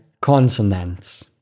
consonants